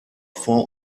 vor